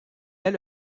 est